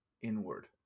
inward